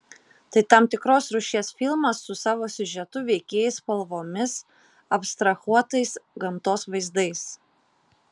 tai tam tikros rūšies filmas su savo siužetu veikėjais spalvomis abstrahuotais gamtos vaizdais